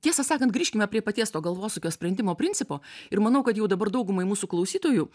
tiesą sakant grįžkime prie paties to galvosūkio sprendimo principo ir manau kad jau dabar daugumai mūsų klausytojų